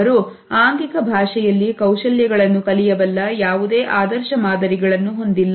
ಅವರು ಆಂಗಿಕ ಭಾಷೆಯಲ್ಲಿ ಕೌಶಲ್ಯಗಳನ್ನು ಕಲಿಯಬಲ್ಲ ಯಾವುದೇ ಆದರ್ಶ ಮಾದರಿಗಳನ್ನು ಹೊಂದಿಲ್ಲ